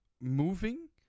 moving